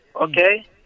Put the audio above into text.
Okay